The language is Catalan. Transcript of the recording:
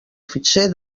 fitxer